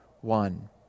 One